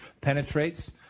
penetrates